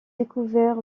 découvert